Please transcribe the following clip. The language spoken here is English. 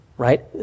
Right